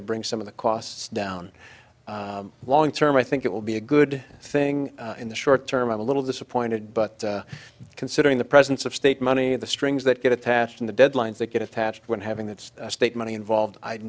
to bring some of the costs down long term i think it will be a good thing in the short term a little disappointed but considering the presence of state money the strings that get attached in the deadlines that get attached when having that's state money involved i'd